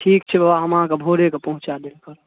ठीक छै बाबा हम अहाँक भोरे कऽ पहुँचाए देल करब